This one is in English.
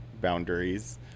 boundaries